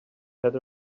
had